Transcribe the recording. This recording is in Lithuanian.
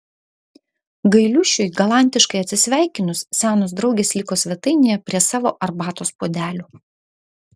gailiušiui galantiškai atsisveikinus senos draugės liko svetainėje prie savo arbatos puodelių